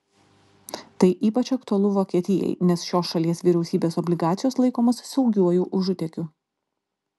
tai ypač aktualu vokietijai nes šios šalies vyriausybės obligacijos laikomos saugiuoju užutėkiu